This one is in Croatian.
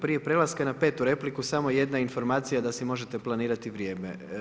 Prije prelaska na petu repliku samo jedna informacija da si možete planirati vrijeme.